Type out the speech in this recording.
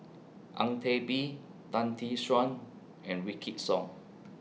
Ang Teck Bee Tan Tee Suan and Wykidd Song